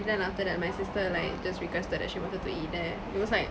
then after that my sister like just requested that she wanted to eat there because like